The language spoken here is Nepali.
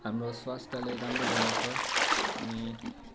हाम्रो स्वास्थ्यलाई राम्रो बनाउँछ अनि